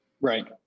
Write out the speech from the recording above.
Right